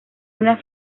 una